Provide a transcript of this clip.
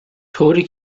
طوری